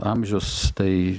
amžius tai